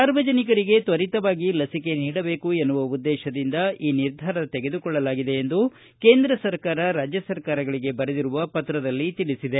ಸಾರ್ವಜನಿಕರಿಗಾಗಿ ತ್ವರಿತವಾಗಿ ಲಸಿಕೆ ನೀಡಬೇಕು ಎನ್ನುವ ಉದ್ದೇಶದಿಂದ ಈ ನಿರ್ಧಾರ ತೆಗೆದುಕೊಳ್ಳಲಾಗಿದೆ ಎಂದು ಕೇಂದ್ರ ಸರ್ಕಾರ ರಾಜ್ಯ ಸರ್ಕಾರಗಳಿಗೆ ಬರೆದಿರುವ ಪತ್ರದಲ್ಲಿ ತಿಳಿಸಿದೆ